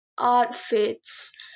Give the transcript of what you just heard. outfits